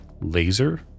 laser